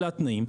אלו התנאים,